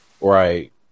Right